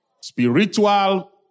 Spiritual